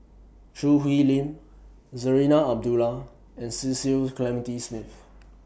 Choo Hwee Lim Zarinah Abdullah and Cecil Clementi Smith